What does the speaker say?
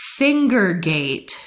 Fingergate